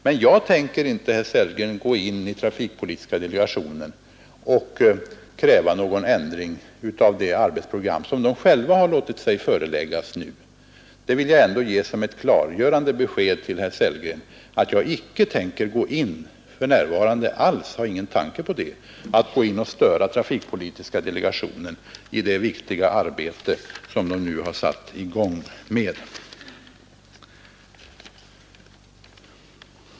Men jag tänker inte, herr Sellgren, gå in i trafikpolitiska delegationen och kräva någon ändring av det arbetsprogram som delegationen själv låtit sig föreläggas, utan jag vill ge det klargörande beskedet till herr Sellgren att jag för närvarande inte har någon tanke på att störa trafikpolitiska delegationen i det viktiga arbete som den nu har satt i gång.